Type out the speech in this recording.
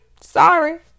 Sorry